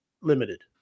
limited